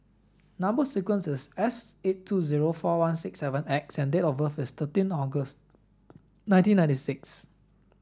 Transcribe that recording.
number sequence is S eight two zero four one six seven X and date of birth is thirteen August nineteen ninety six